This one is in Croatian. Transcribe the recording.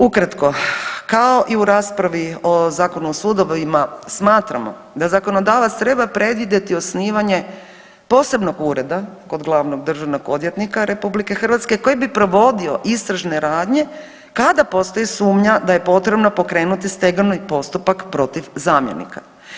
Ukratko kao i u raspravi o Zakonu o sudovima smatramo da zakonodavac treba predvidjeti osnivanje posebnog ureda kod glavnog državnog odvjetnika Republike Hrvatske koji bi provodio istražne radnje kada postoji sumnja da je potrebno pokrenuti stegovni postupak protiv zamjenika.